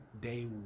day